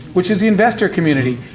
which is the investor community.